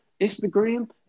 Instagram